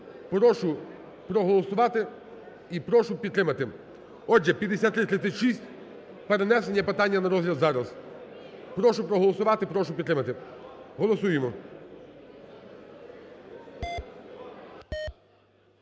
прошу проголосувати і прошу підтримати. Отже, 5336, перенесення питання на розгляд зараз. Прошу проголосувати, прошу підтримати. Голосуємо!